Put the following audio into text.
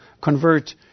convert